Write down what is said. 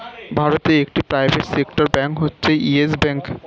ভারতে একটি private sector bank হচ্ছে ইয়েস ব্যাঙ্ক